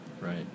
Right